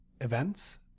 events